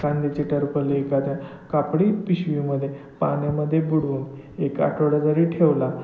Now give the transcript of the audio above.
कांद्याचे टरफले एखाद्या कापडी पिशवीमध्ये पाण्यामध्ये बुडवून एक आठवडा जरी ठेवला